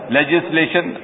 legislation